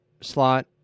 slot